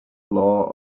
law